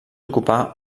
ocupar